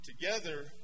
Together